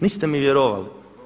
Niste mi vjerovali.